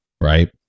right